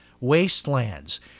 wastelands